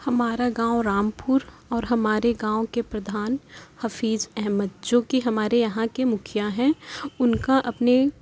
ہمارا گاؤں رامپور اور ہمارے گاؤں کے پردھان حفیظ احمد جو کہ ہمارے یہاں کے مکھیا ہیں ان کا اپنے